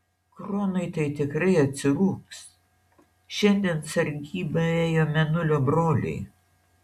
kronui tai tikrai atsirūgs šiandien sargybą ėjo mėnulio broliai